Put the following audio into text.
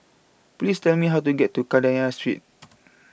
Please Tell Me How to get to Kadaya Street